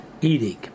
eating